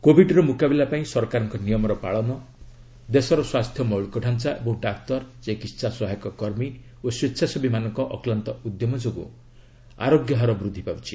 କୋବିଡ୍ର ମ୍ରକାବିଲା ପାଇଁ ସରକାରଙ୍କ ନିୟମର ପାଳନ ଦେଶର ସ୍ୱାସ୍ଥ୍ୟ ମୌଳିକ ଡାଞ୍ଚା ଏବଂ ଡାକ୍ତର ଚିକିତ୍ସା ସହାୟକ କର୍ମୀ ଓ ସ୍ୱେଚ୍ଛାସେବୀମାନଙ୍କ ଅକ୍ଲାନ୍ତ ଉଦ୍ୟମ ଯୋଗୁଁ ଆରୋଗ୍ୟ ହାର ବୃଦ୍ଧି ପାଉଛି